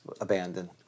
abandoned